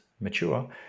mature